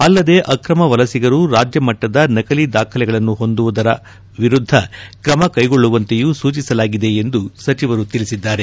ಅಲ್ಲದೆ ಅಕ್ರಮ ವಲಸಿಗರು ರಾಜ್ಯ ಮಟ್ಟದ ನಕಲಿ ದಾಖಲೆಗಳನ್ನು ಹೊಂದುವುದರ ವಿರುದ್ದ ಕ್ರಮ ಕೈಗೊಳ್ಳುವಂತೆಯೂ ಸೂಚಿಸಲಾಗಿದೆ ಎಂದು ಸಚಿವರು ತಿಳಿಸಿದ್ದಾರೆ